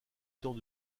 temps